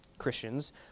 Christians